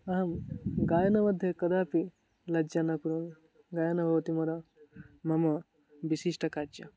अहं गायनमध्ये कदापि लज्जा न करोमि गायनं भवति मोर मम विशिष्टं कार्यं